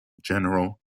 general